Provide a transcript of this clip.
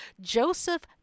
Joseph